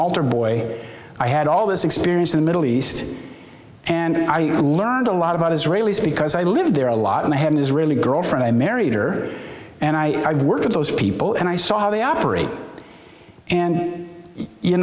altar boy i had all this experience in the middle east and i learned a lot about israelis because i lived there a lot and i have an israeli girlfriend i married her and i have worked with those people and i saw how they operate and you